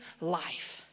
life